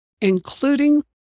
including